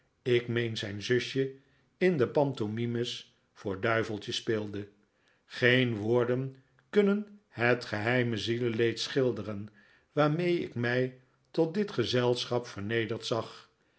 ik meen zijn zusje in de pantomimes voor duiveltje speelde geen woorden kunnen het geheime zieleleed schilderen waarmee ik mij tot dit gezelschap vernederd zag